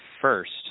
first